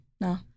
no